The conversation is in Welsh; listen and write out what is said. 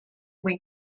mwyn